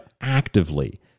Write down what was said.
actively